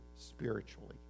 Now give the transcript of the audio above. spiritually